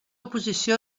oposició